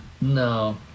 No